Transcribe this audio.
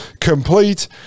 complete